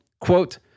Quote